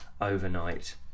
overnight